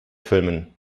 filmen